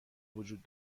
وجود